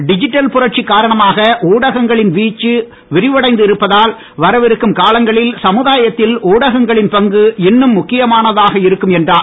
D jital புரட்சி காரணமாக ஊடகங்களின் வீச்சு விரிவடைந்து இருப்பதால் வரவிருக்கும் காலங்களில் சமுதாயத்தில் ஊடகங்களின் பங்கு இன்னும் முக்கியமானதாக இருக்கும் என்றார்